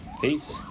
Peace